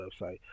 website